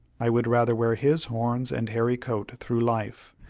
i would rather wear his horns and hairy coat through life,